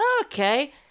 Okay